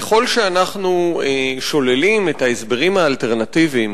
ככל שאנחנו שוללים את ההסברים האלטרנטיביים,